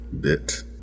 bit